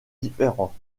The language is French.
différents